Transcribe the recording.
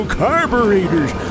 carburetors